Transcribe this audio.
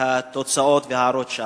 התוצאות וההערות שם,